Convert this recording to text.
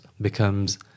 becomes